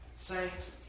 Saints